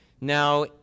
now